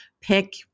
Pick